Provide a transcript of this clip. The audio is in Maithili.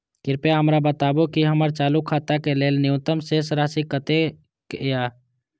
कृपया हमरा बताबू कि हमर चालू खाता के लेल न्यूनतम शेष राशि कतेक या